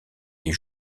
les